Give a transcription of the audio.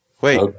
Wait